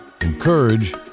encourage